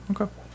okay